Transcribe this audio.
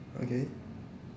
okay